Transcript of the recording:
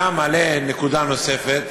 אתה מעלה נקודה נוספת,